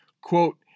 quote